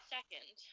Second